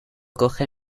coge